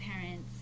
parents